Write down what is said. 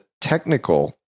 technical